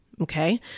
okay